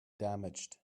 damaged